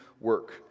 work